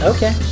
Okay